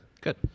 Good